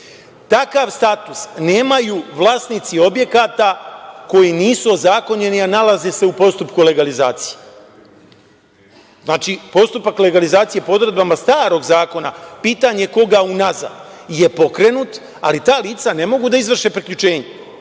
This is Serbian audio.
status nemaju vlasnici objekata koji nisu ozakonjeni, a nalaze se u postupku legalizacije. Znači, postupak legalizacije po odredbama starog zakona pitanje koga unazad je pokrenut, ali ta lica ne mogu da izvrše priključenje